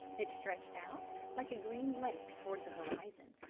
it stretched out like a green lake towards the horizon,